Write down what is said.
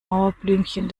mauerblümchen